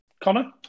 Connor